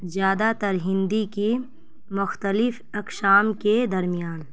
زیادہ تر ہندی کی مختلف اقسام کے درمیان